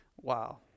Wow